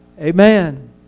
Amen